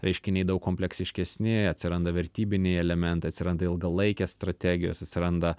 reiškiniai daug kompleksiškesni atsiranda vertybiniai elementai atsiranda ilgalaikės strategijos atsiranda